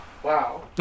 Wow